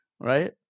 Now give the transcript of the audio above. right